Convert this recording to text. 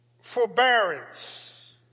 forbearance